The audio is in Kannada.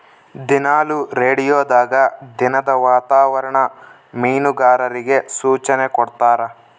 ದಿನಾಲು ರೇಡಿಯೋದಾಗ ದಿನದ ವಾತಾವರಣ ಮೀನುಗಾರರಿಗೆ ಸೂಚನೆ ಕೊಡ್ತಾರ